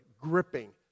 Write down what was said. gripping